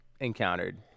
encountered